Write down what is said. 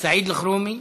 סעיד אלחרומי,